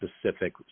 specific